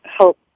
help